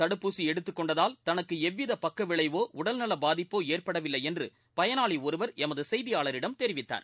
தடுப்பூசிஎடுத்துக்கொண்டதால் தனக்குஎவ்விதபக்கவிளைவோ உடல்நலபாதிப்போஏற்படவில்லைஎன்றுபயனாளிஒருவர் எமதுசெய்தியாளரிடம் தெரிவித்தனர்